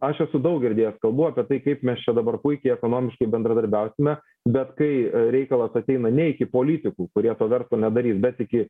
aš esu daug girdėję kalbų apie tai kaip mes čia dabar puikiai ekonomiškai bendradarbiausime bet kai reikalas ateina ne iki politikų kurie to verslo nedarys bet iki